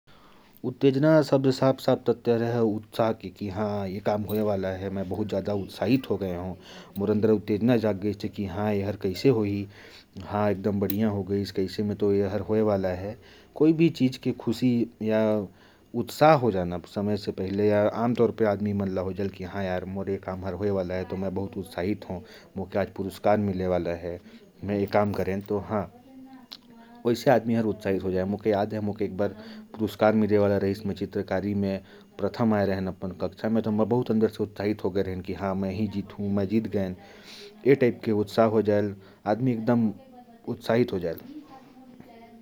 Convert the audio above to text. उत्तेजना से मतलब है उत्साह होना। कोई भी काम के पूरे होने से पहले उत्साहित होना। जैसे, एक बार मौके पुरस्कार मिलने वाला था, तो मैं उत्साहित हो गया था कि मुझे पुरस्कार मिलने वाला है।